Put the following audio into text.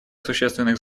существенных